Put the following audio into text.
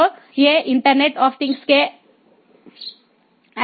तो ये internet of things के एनाब्लर्स की तरह हैं